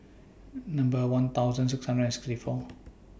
Number one thousand six hundred and sixty four